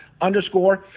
underscore